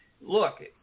look